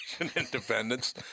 independence